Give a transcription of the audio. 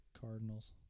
Cardinals